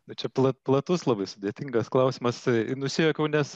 bet čia plat platus labai sudėtingas klausimas nusijuokiau nes